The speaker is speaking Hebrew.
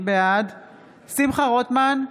בעד שמחה רוטמן,